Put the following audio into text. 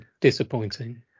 disappointing